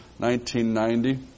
1990